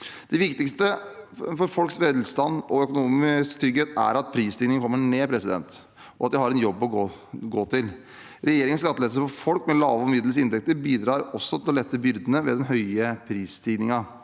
Det viktigste for folks velstand og økonomiske trygghet er at prisstigningen kommer ned, og at de har en jobb å gå til. Regjeringens skattelettelser for folk med lave og middels inntekter bidrar også til å lette byrdene ved den høye prisstigningen.